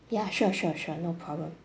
ya sure sure sure no problem